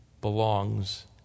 belongs